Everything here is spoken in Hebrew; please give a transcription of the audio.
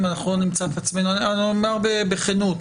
אני אומר בכנות,